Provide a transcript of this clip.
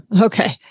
Okay